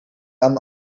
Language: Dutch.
aan